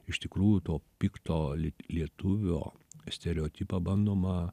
iš tikrųjų to pikto lie lietuvio stereotipą bandoma